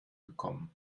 gekommen